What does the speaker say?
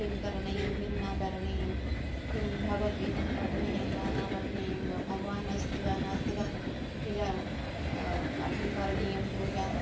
किं करणीयं किं न करणीयं किं भगवद्गीतां पठनीयं वा न पठनीयं वा भगवान् अस्ति वा नास्ति वा पूजा कथं करणीयं पूजां